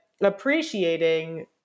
appreciating